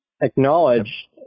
acknowledge